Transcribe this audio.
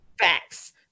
facts